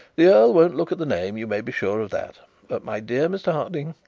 the earl won't look at the name you may be sure of that my dear mr harding,